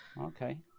Okay